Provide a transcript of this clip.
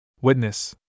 Witness